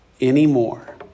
anymore